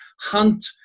hunt